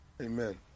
Amen